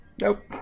Nope